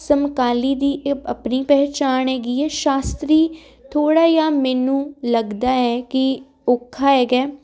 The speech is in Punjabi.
ਸਮਕਾਲੀ ਦੀ ਆਪਣੀ ਪਹਿਚਾਨ ਹੈਗੀ ਹੈ ਸ਼ਾਸਤਰੀ ਥੋੜਾ ਜਾਂ ਮੈਨੂੰ ਲੱਗਦਾ ਹੈ ਕਿ ਔਖਾ ਹੈਗਾ